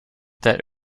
that